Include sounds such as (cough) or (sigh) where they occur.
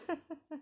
(laughs)